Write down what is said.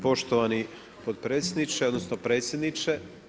Poštovani potpredsjedniče odnosno predsjedniče.